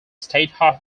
state